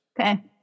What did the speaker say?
Okay